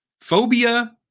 Phobia